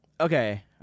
Okay